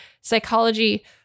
psychology